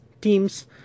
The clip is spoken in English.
Teams